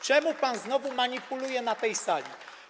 Czemu pan znowu manipuluje na tej sali?